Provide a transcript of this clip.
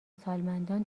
سالمندان